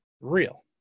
real